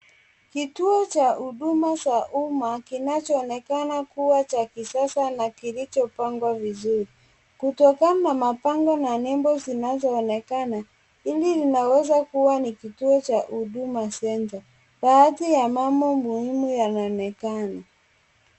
Kituo cha huduma za umma, kinachoonekana kuwa cha kisasa na kilichopangwa vizuri. Kutokana na mabango na nembo zinazoonekana, hili linaweza kuwa ni kituo cha huduma centre. Baadhi ya mambo muhimu yanaonekana.